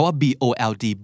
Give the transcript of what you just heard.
bold